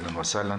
אהלן וסהלן.